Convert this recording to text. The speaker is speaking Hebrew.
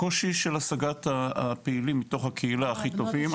קושי של השגת הפעילים מתוך הקהילה, הכי טובים.